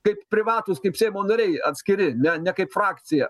kaip privatūs kaip seimo nariai atskiri ne ne kaip frakcija